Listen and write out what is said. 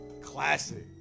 Classic